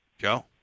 Joe